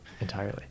Entirely